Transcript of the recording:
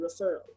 referral